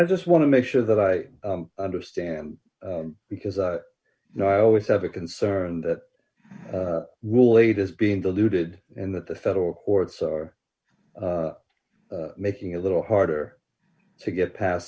i just want to make sure that i understand because i know i always have a concern that will latest being diluted and that the federal courts are making a little harder to get past